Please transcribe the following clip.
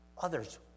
others